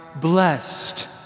blessed